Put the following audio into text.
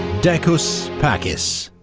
decus pacis.